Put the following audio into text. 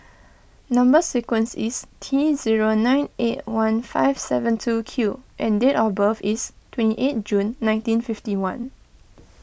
Number Sequence is T zero nine eight one five seven two Q and date of birth is twenty eight June nineteen fifty one